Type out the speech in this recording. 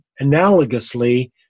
analogously